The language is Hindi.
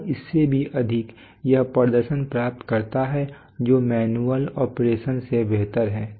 और इससे भी अधिक यह प्रदर्शन प्राप्त करता है जो मैन्युअल ऑपरेशन से बेहतर है